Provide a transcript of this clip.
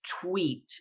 tweet